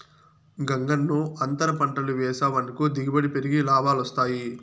గంగన్నో, అంతర పంటలు వేసావనుకో దిగుబడి పెరిగి లాభాలొస్తాయి